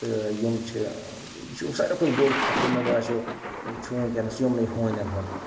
تہٕ یِم چھِ یہِ چھُ ساروٕے کھۄتہٕ بوٚڑ خطرٕ مےٚ باسیو چھُ وُنۍکٮ۪نَس یِمنٕے ہونٮ۪ن ہُنٛد